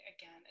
again